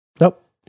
Nope